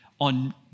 on